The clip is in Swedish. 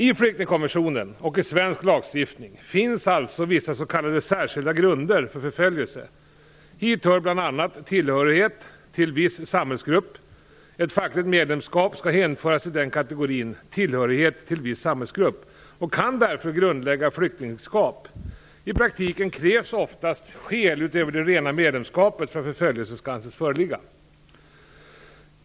I Flyktingskonventionen och i svensk lagstiftning finns alltså vissa s.k. särskilda grunder för förföljelse. Hit hör bl.a. tillhörighet till viss samhällsgrupp. Ett fackligt medlemskap skall hänföras till kategorin tillhörighet till viss samhällsgrupp och kan därför grundlägga flyktingskap. I praktiken krävs oftast skäl utöver det rena medlemskapet för att förföljelse skall anses föreligga.